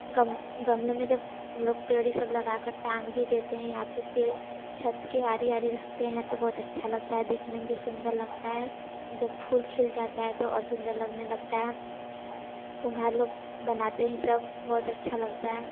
गम गमले में जब हम लोग पेड़ यह सब लगाकर टांग भी देते हैं या फिर पेड़ छत के आरी आरी रखते हैं तो बहुत अच्छा लगता है देखने में भी सुंदर लगता है जब फूल खिल जाता है तो और सुंदर लगने लगता है कुम्हार लोग बनाते हैं यह सब बहुत अच्छा लगता है